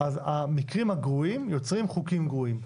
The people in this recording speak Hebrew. המקרים הגרועים יוצרים חוקים גרועים.